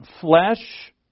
flesh